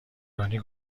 رانی